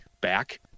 back